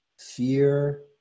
fear